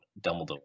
Dumbledore